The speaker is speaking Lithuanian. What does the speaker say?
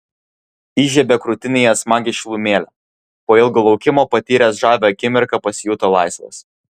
įžiebė krūtinėje smagią šilumėlę po ilgo laukimo patyręs žavią akimirką pasijuto laisvas